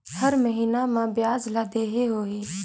हर महीना मा ब्याज ला देहे होही?